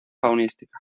faunística